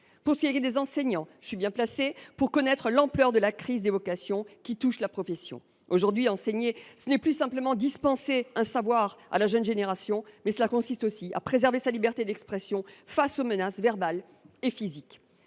En ce qui concerne les enseignants, pour avoir exercé ce métier, je sais l’ampleur de la crise des vocations qui touche la profession. Aujourd’hui, enseigner, ce n’est plus seulement dispenser un savoir à la jeune génération, cela consiste aussi à préserver sa liberté d’expression face aux menaces verbales et physiques.